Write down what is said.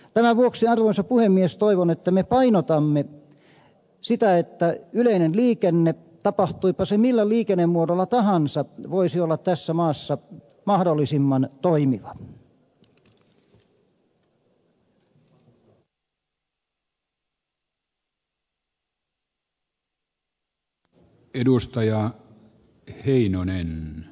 tämän vuoksi arvoisa puhemies toivon että me painotamme sitä että yleinen liikenne tapahtuipa se millä liikennemuodolla tahansa voisi olla tässä maassa mahdollisimman toimiva